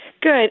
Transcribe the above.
Good